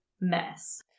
mess